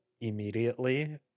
immediately